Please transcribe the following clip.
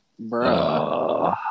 Bro